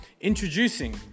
introducing